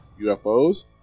UFOs